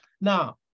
Now